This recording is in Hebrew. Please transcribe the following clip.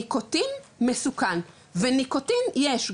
ניקוטין מסוכן וניקוטין יש,